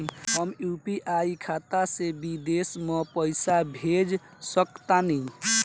हम यू.पी.आई खाता से विदेश म पइसा भेज सक तानि?